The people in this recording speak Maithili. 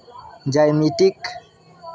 ज्यामितिक